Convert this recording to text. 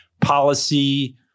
policy